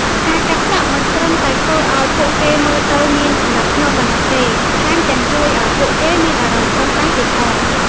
ការកាត់សក់មិនត្រឹមតែធ្វើឱ្យពួកគេមើលទៅមានសណ្ដាប់ធ្នាប់ប៉ុណ្ណោះទេ ថែមទាំងជួយឱ្យពួកគេមានអារម្មណ៍ស្រស់ស្រាយទៀតផង។